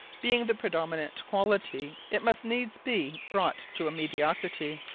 being the predominant quality, it must needs be brought to a mediocrity.